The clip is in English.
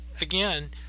again